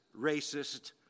racist